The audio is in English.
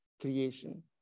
creation